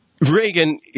Reagan